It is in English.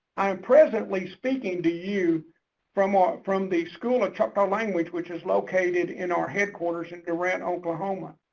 i am presently speaking to you from ah from the school of choctaw language, which is located in our headquarters in durant oklahoma.